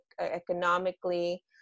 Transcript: economically